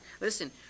Listen